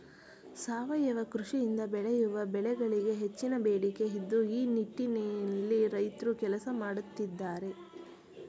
ಸಾವಯವ ಕೃಷಿಯಿಂದ ಬೆಳೆಯುವ ಬೆಳೆಗಳಿಗೆ ಹೆಚ್ಚಿನ ಬೇಡಿಕೆ ಇದ್ದು ಈ ನಿಟ್ಟಿನಲ್ಲಿ ರೈತ್ರು ಕೆಲಸ ಮಾಡತ್ತಿದ್ದಾರೆ